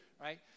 Right